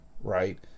Right